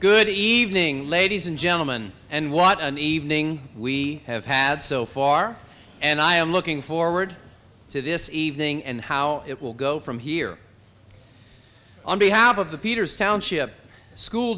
good evening ladies and gentleman and what an evening we have had so far and i am looking forward to this evening and how it will go from here on behalf of the peters township school